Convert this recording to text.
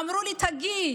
אמרו לי: תגיעי,